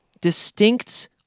distinct